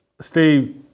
Steve